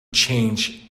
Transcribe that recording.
change